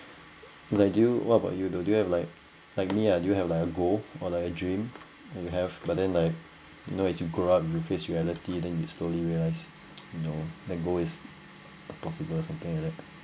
like you what about you do you have like like me ah do you have like a goal or like a dream and you have but then like you know as you grow up you face reality then you slowly realise you know that goal is not possible something like that